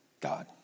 God